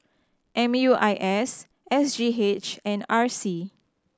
M U I S S G H and R C